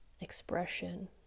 expression